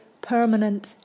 permanent